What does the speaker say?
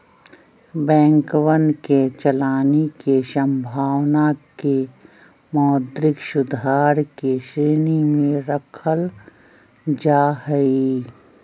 बैंकवन के चलानी के संभावना के मौद्रिक सुधार के श्रेणी में रखल जाहई